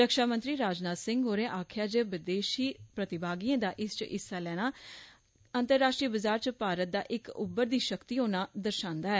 रक्षा मंत्री राजनाथ सिंह होरें आखेया जे बिदेश प्रतिभागियें दा इस च लैने कन्नै अंतराष्ट्रीय बजार च भारत दा इक उबरदी शक्ति होना दर्शान्दा ऐ